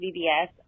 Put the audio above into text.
vbs